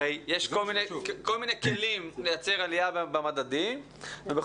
הרי יש כל מיני כלים לייצר עלייה במדדים ובכל